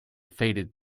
faded